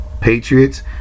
Patriots